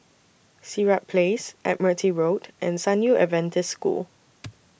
Sirat Place Admiralty Road and San Yu Adventist School